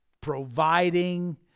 providing